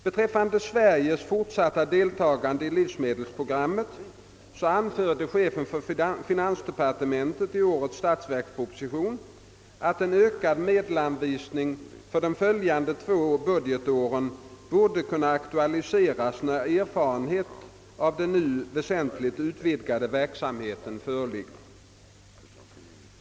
Beträffande Sveriges fortsatta deltagande i livsmedelsprogrammet anförde chefen för finansdepartementet i årets statsverksproposition att en ökad medelsanvisning för de följande två budgetåren borde kunna aktualiseras när erfarenheter av den nu väsentligt utvidgade verksamheten föreligger.